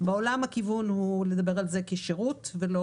בעולם, הכיוון הוא כשירות ולא